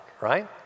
right